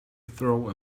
throw